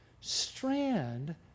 strand